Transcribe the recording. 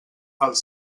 els